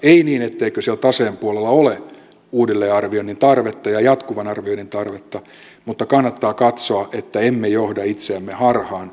ei niin etteikö siellä taseen puolella ole uudelleenarvioinnin tarvetta ja jatkuvan arvioinnin tarvetta mutta kannattaa katsoa että emme johda itseämme harhaan